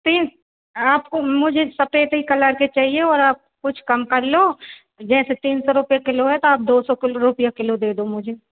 तीन आपको मुझे सफ़ेदी कलर के चाहिए और आप कुछ कम कर लो जैसे तीन सौ रुपये किलो हटा दो दो सौ रुपया किलो देदो मुझे